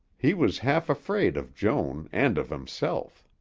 he was half-afraid of joan and of himself.